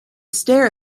stare